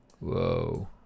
whoa